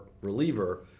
reliever